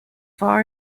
far